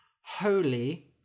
Holy